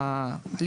שמי אנטון אברמוב,